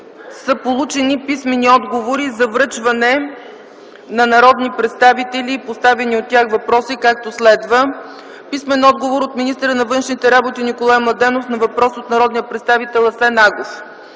са получени писмени отговори за връчване на народни представители по поставени от тях въпроси, както следва: - писмен отговор от министъра на външните работи Николай Младенов на въпрос от народния представител Асен Агов;